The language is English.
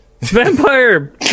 vampire